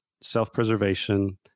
self-preservation